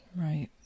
Right